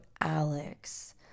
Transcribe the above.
Alex